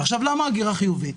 למה הגירה חיובית?